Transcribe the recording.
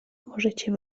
możecie